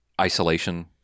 isolation